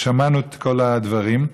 שמענו את כל הדברים.